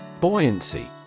Buoyancy